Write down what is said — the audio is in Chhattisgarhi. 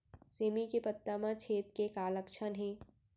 सेमी के पत्ता म छेद के का लक्षण हे?